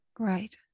Right